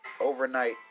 overnight